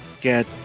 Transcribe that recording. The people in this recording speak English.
get